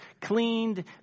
cleaned